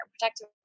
protective